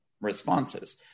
responses